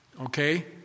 okay